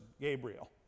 Gabriel